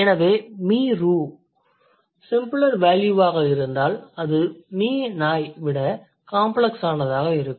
எனவே mi-ru simpler வேல்யூவாக இருந்தால் அது mi nai விட காம்ப்ளக்ஸானதாக இருக்கும்